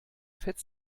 fett